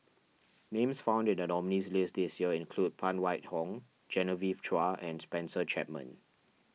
names found in the nominees' list this year include Phan Wait Hong Genevieve Chua and Spencer Chapman